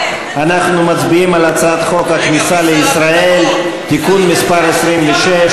אנחנו מצביעים על הצעת חוק הכניסה לישראל (תיקון מס' 26),